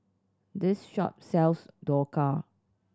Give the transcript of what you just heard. this shop sells Dhokla